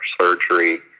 surgery